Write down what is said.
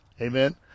Amen